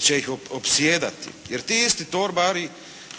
će ih opsjedati. Jer ti isti torbari,